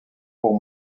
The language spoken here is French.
pour